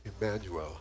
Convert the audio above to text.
Emmanuel